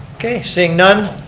okay, seeing none.